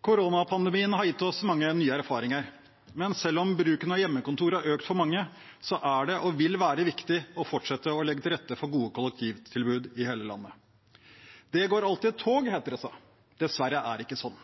det – og vil være – viktig å fortsette å legge til rette for gode kollektivtilbud i hele landet. Det går alltid et tog, heter det. Dessverre er det ikke sånn.